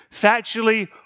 factually